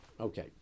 Okay